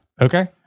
Okay